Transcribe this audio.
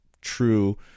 true